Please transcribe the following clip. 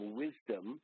wisdom